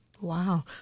Wow